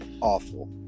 awful